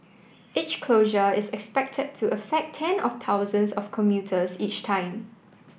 each closure is expected to affect ten of thousands of commuters each time